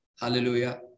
Hallelujah